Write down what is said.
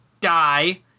die